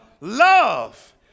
love